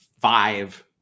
five